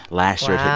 last year.